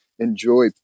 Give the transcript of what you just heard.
Enjoy